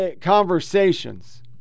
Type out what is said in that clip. Conversations